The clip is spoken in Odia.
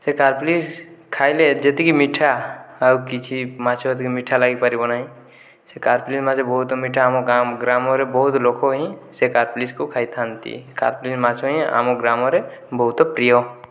ସେ କାରପିଲିସ ଖାଇଲେ ଯେତିକି ମିଠା ଆଉ କିଛି ମାଛ ଏତିକି ମିଠା ଲାଗି ପାରିବ ନାହିଁ ସେ କାରପିଲିନ ମାଛ ବହୁତ ମିଠା ଆମ ଗ୍ରାମରେ ବହୁତ ଲୋକ ହିଁ ସେ କାରପିଲିସକୁ ଖାଇଥାନ୍ତି କାରପିଲିସ ମାଛ ହିଁ ଆମ ଗ୍ରାମରେ ବହୁତ ପ୍ରିୟ